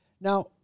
Now